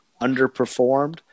underperformed